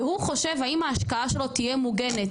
והוא חושב האם ההשקעה שלו תהיה מוגנת.